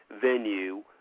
venue